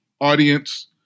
audience